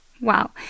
wow